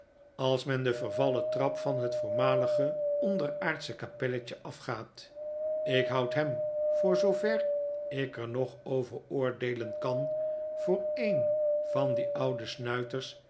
als men de vervallen trap van hetvoormalige onderaardsche kapelletje afgaat ik houd hem voor zoover ik er nog over oordeelen kan voor een van die oude snuiters